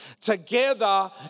Together